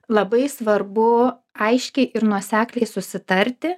labai svarbu aiškiai ir nuosekliai susitarti